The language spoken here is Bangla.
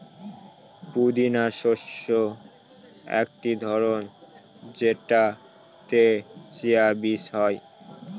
পুদিনা শস্যের একটি ধরন যেটাতে চিয়া বীজ হয়